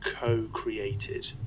co-created